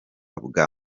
bwa